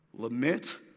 Lament